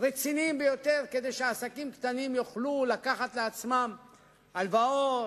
רציניים ביותר כדי שעסקים קטנים יוכלו לקחת לעצמם הלוואות,